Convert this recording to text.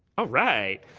ah right!